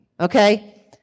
Okay